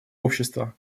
общества